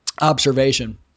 observation